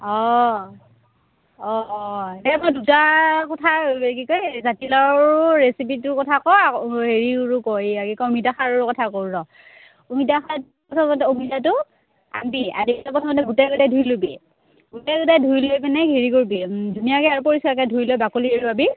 অঁ অঁ এই মই দুটা কথা কি কয় জাতিলাউ ৰেচিপিটোৰ কথা কওঁ আ হেৰি কয় এই আ কি কয় অমিতা খাৰৰ ৰ অমিতা খাৰ অমিতাটো গোটেই ধুই ল'বি গোটেই গোটেই ধুই লৈ পিনে হেৰি কৰিবি ধুনীয়াকে আৰু পৰিষ্কাৰকৈ ধুই লৈ বাকলি এৰুৱাবি